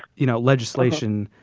you know, legislation.